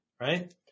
right